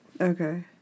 Okay